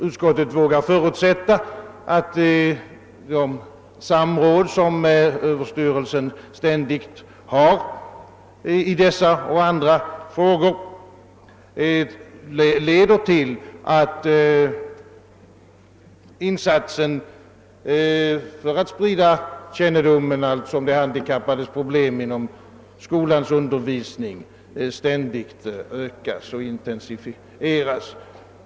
Utskottet vågar också förutsätta att det samråd som Ööverstyrelsen ständigt har i dessa och andra frågor skall leda till att insatsen för att sprida kännedom om de handikappades problem inom skolans undervisning ständigt ökas och intensifieras.